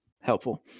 helpful